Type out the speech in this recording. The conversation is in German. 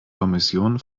kommission